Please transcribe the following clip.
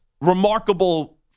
remarkable